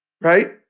right